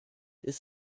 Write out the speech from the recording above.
this